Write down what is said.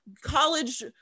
college